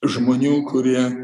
žmonių kurie